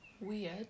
Weird